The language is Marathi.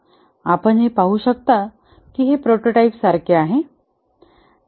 आपण हे पाहू शकतो की हे प्रोटोटाइप सारखे आहे